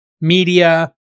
media